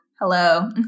Hello